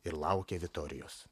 ir laukė vitorijos